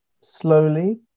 slowly